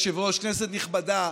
אדוני היושב-ראש, כנסת נכבדה,